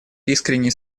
искренние